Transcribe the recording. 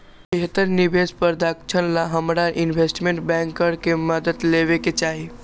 बेहतर निवेश प्रधारक्षण ला हमरा इनवेस्टमेंट बैंकर के मदद लेवे के चाहि